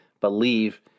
Believe